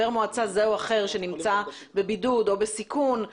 מועצה זה או אחר שנמצא בבידוד או בסיכון,